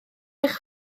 eich